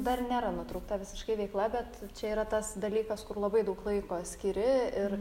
dar nėra nutraukta visiškai veikla bet čia yra tas dalykas kur labai daug laiko skiri ir